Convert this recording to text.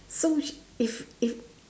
so she if if